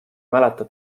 mäleta